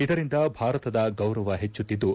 ಇದರಿಂದ ಭಾರತದ ಗೌರವ ಹೆಚ್ಚುತ್ತಿದ್ದು